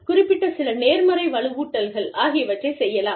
குறிப்பிட்ட சில நேர்மறை வலுவூட்டல்கள் ஆகியவற்றைச் செய்யலாம்